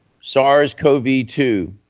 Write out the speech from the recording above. SARS-CoV-2